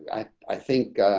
i think,